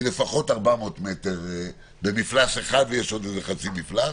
היא לפחות 400 מ"ר במפלס אחד ויש עוד חצי מפלס.